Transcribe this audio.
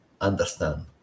understand